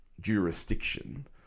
jurisdiction